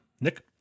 Nick